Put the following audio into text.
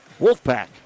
Wolfpack